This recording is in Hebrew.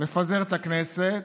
לפזר את הכנסת,